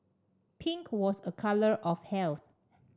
pink was a colour of health